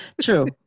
True